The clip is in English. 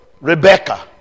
Rebecca